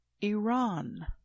Iran